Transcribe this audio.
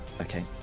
Okay